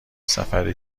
سفر